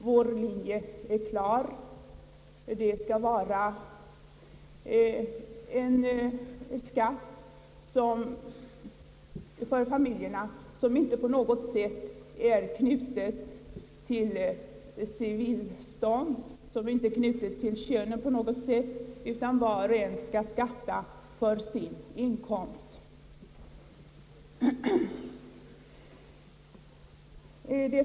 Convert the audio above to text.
Vår linje är klar i mittenprogrammet, Vi vill ha en skatt för familjerna som inte på något sätt är knuten till civilstånd eller kön, var och en skall skatta för sin inkomst.